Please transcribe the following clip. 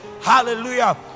Hallelujah